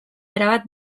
erabat